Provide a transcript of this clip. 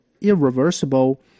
irreversible